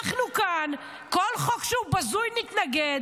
אנחנו כאן, כל חוק שהוא בזוי, נתנגד.